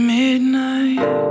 midnight